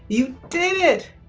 you did it!